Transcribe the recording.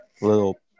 little